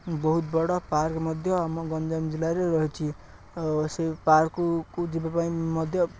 ବହୁତ ବଡ଼ ପାର୍କ ମଧ୍ୟ ଆମ ଗଞ୍ଜାମ ଜିଲ୍ଲାରେ ରହିଛିି ଆଉ ସେ ପାର୍କକୁ ଯିବା ପାଇଁ ମଧ୍ୟ